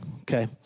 Okay